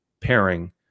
pairing